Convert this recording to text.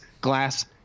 glass